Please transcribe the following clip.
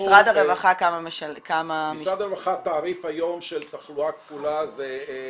משרד הרווחה כמה -- התעריף היום של תחלואה כפולה של משרד